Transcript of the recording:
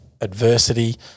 adversity